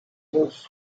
roof